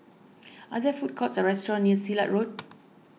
are there food courts or restaurants near Silat Road